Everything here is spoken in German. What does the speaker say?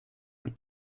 und